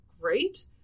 great